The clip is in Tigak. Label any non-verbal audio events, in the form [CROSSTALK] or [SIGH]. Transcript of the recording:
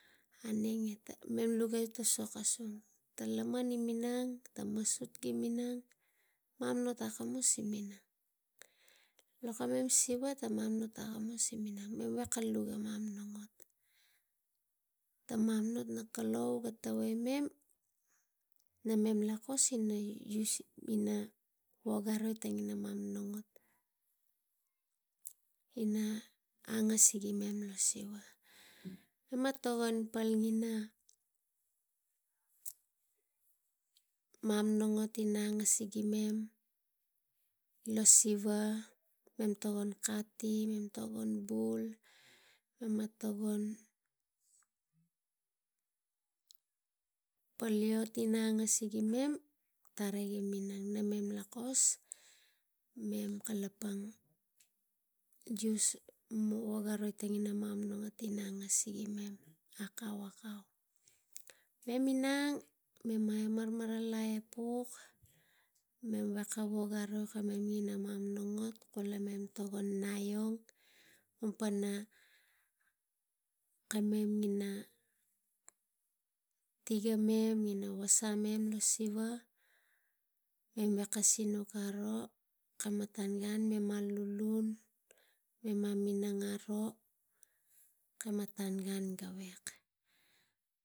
Aneng nem lugei ta so kasung. Ta laman gi minang, tang masut gi minang e mamana ot akamus gi minang lo kak siva, mamana ot akamus gi minang mem veko lugei mamana ot, tang mamana ot na lakou ga tavei [UNINTELLIGIBLE] namem lakos ina use i tang ina mamana ot ina angasigi mem lo siva e mem togon pal mamana ot ina tigi mem lo siva ga togon katitang bul mema togon pal i ot ina angasigimem tara gi minang namem kus mem kalapang wogi mamana ot na nas gi me lak. Mem inang e mem malmaralai epuk mem veko vil aroi ka me longok kala ga togon nai ong kum pana kamem ina tiga mem e sa mem lo siva, mem gaveko sinuk aro. Kamatan tan gan mem lulun inang me minang aro kamatan gan gavek aneng e mem lugei ta so kasung.